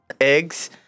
eggs